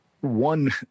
one